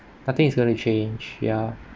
nothing is going to change ya